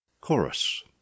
chorus